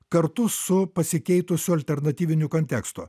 kartu su pasikeitusiu alternatyviniu konteksto